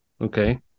Okay